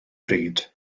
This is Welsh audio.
bryd